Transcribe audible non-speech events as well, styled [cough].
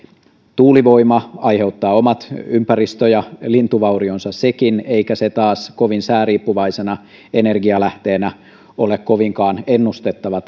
tuulivoima aiheuttaa omat ympäristö ja lintuvaurionsa sekin eikä se taas kovin sääriippuvaisena energialähteenä ole kovinkaan ennustettava [unintelligible]